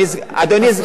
אדוני סגן השר,